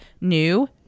new